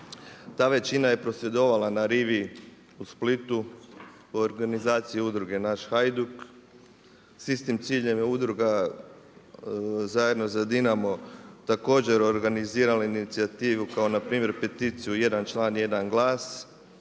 Ta većina je prosvjedovala na rivi u Splitu u organizaciju Udruge „Naš Hajduk“. S istim ciljem je Udruga „Zajedno za Dinamo“ također organizirala inicijativu kao npr. peticiju „Jedan član,